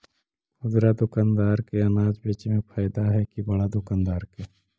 खुदरा दुकानदार के अनाज बेचे में फायदा हैं कि बड़ा दुकानदार के?